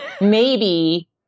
maybe-